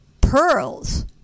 pearls